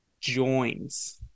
joins